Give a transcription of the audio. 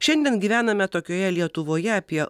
šiandien gyvename tokioje lietuvoje apie